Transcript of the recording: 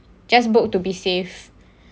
just book to be safe